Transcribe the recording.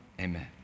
Amen